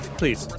please